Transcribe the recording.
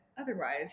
otherwise